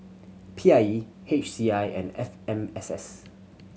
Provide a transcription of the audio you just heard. P I E H C I and F M S S